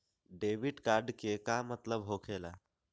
Debit card के का मतलब होकेला?